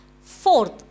Fourth